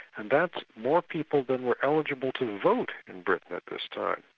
and that's more people than were eligible to vote in britain at this time.